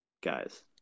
guys